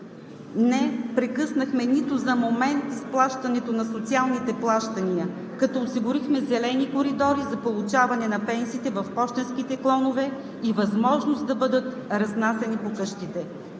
Не прекъснахме нито за момент изплащането на социалните плащания, като осигурихме „зелени коридори“ за получаването на пенсиите в пощенските клонове и възможности да бъдат разнасяни по къщите.